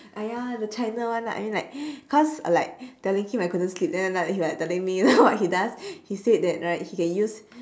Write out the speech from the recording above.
!aiya! the china one ah I mean like cause like telling him I couldn't sleep then he like telling me what he does he said that right he can use